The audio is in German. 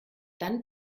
dann